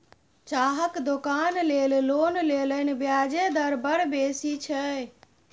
चाहक दोकान लेल लोन लेलनि ब्याजे दर बड़ बेसी छै